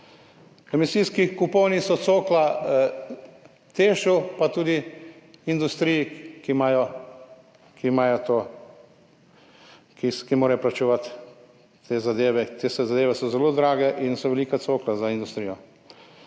Emisijski kuponi so cokla za TEŠ pa tudi za industrijo, ki mora plačevati te zadeve. Te zadeve so zelo drage in so velika cokla za industrijo.